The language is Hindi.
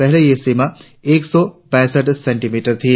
पहले यह सीमा एक सौ पैसठ सेंटीमीटर थी